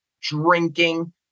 drinking